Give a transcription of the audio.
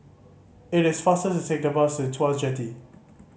it is faster to take the bus to Tuas Jetty